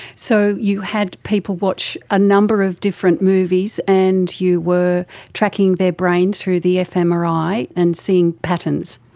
so you had people watch a number of different movies, and you were tracking their brains through the fmri and seeing patterns.